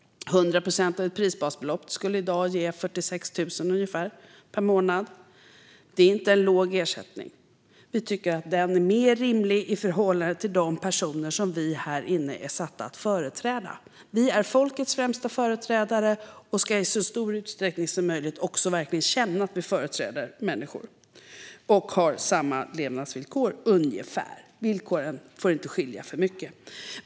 Hundra procent av ett prisbasbelopp skulle i dag ge ungefär 46 000 per månad, och det är inte en låg ersättning. Vi tycker att den är mer rimlig i förhållande till de personer vi här inne är satta att företräda. Vi är folkets främsta företrädare, och vi ska i så stor utsträckning som möjligt också känna att vi företräder människor och har ungefär samma levnadsvillkor. Villkoren får inte skilja sig för mycket.